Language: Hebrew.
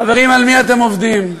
חברים, על מי אתם עובדים?